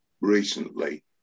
recently